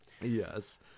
yes